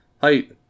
height